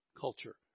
culture